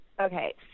Okay